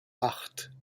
acht